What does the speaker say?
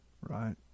right